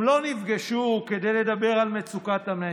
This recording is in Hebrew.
הם לא נפגשו כדי לדבר על מצוקת המשק,